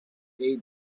aid